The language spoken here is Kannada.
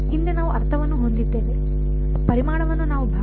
ಹಿಂದೆ ನಾವು ಅರ್ಥವನ್ನು ಹೊಂದಿದ್ದೇವೆ ಪರಿಮಾಣವನ್ನು ನಾವು ಭಾಗಗಳಾಗಿ ಕತ್ತರಿಸಿದ್ದೇವೆ